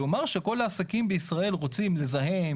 לומר שכל העסקים בישראל רוצים לזהם